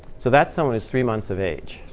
so that's someone who's three months of age.